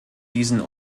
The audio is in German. diesen